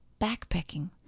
backpacking